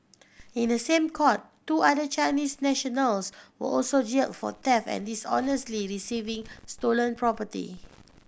in the same court two other Chinese nationals were also jailed for theft and dishonestly receiving stolen property